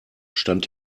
stand